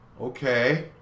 okay